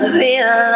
real